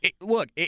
look